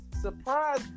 surprise